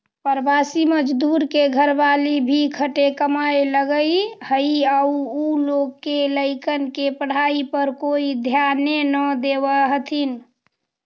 प्रवासी मजदूर के घरवाली भी खटे कमाए लगऽ हई आउ उ लोग के लइकन के पढ़ाई पर कोई ध्याने न देवऽ हथिन